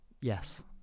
Yes